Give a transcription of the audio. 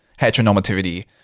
heteronormativity